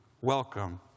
Welcome